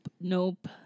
nope